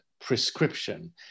prescription